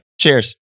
Cheers